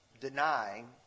denying